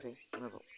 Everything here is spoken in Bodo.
ओमफ्राय मा बाव